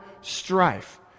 strife